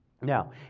Now